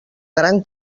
gran